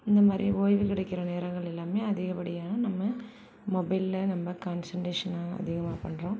இந்த மாதிரி ஓய்வு கிடைக்கிற நேரங்கள் எல்லாம் அதிகப்படியாக நம்ம மொபைலில் நம்ம கான்சென்ட்ரேசன் அதிகமாக பண்ணுறோம்